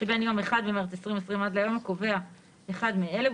שבין יום 1 במרץ 2020 עד ליום הקובע אחד מאלה,